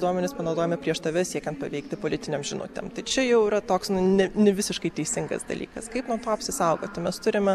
duomenys panaudojami prieš tave siekiant paveikti politinėm žinutėm tai čia jau yra toks ne ne visiškai teisingas dalykas kaip nuo to apsisaugoti mes turime